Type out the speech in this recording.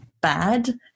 bad